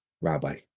Rabbi